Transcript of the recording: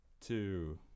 Two